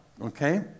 okay